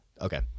Okay